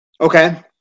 Okay